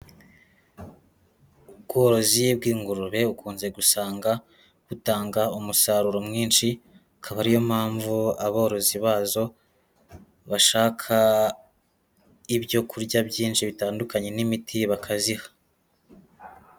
Ubworozi bw'ingurube ukunze gusanga butanga umusaruro mwinshi, akaba ari yo mpamvu aborozi bazo, bashaka ibyo kurya byinshi bitandukanye n'imiti bakaziha.